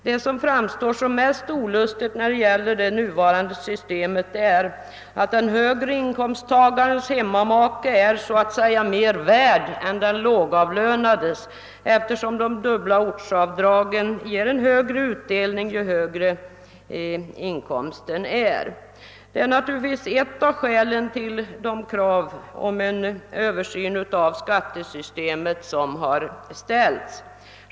Det som framgår som mest olustigt med det nuvarande systemet är att en högre inkomsttagares hemmamake så att säga är mera värd än den lågavlönades, eftersom det dubbla ortsavdraget ger högre utdelning ju högre inkomsten är. Detta är ett av motiven till de krav på en översyn av skattesystemet som har ställts.